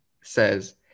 says